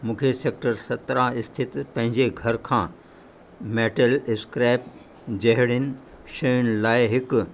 मूंखे सेक्टर सतिरहं स्थित पंहिंजे घर खां मैटल स्क्रैप जहिड़ियुनि शयुनि लाइ हिकु